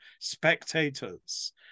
spectators